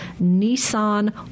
nissan